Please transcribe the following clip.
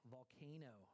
Volcano